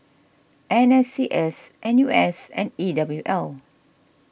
N S C S N U S and E W L